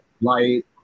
light